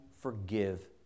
forgive